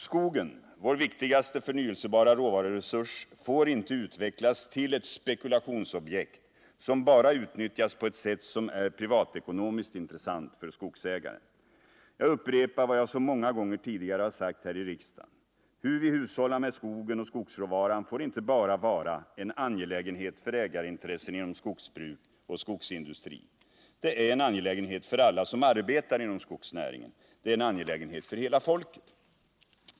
Skogen, vår viktigaste förnyelsebara råvaruresurs, får inte utvecklas till ett spekulationsobjekt som bara utnyttjas på ett sätt som är privatekonomiskt intressant för skogsägaren. Jag upprepar vad jag så många gånger tidigare har sagt här i riksdagen: Hur vi hushållar med skogen och skogsråvaran får inte bara vara en angelägenhet för ägarintressen inom skogsbruk och skogsindustri. Det är en angelägenhet för alla som arbetar inom skogsnäringen, det är en angelägenhet för hela folket.